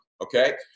okay